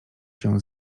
się